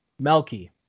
Melky